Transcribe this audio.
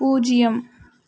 பூஜ்ஜியம்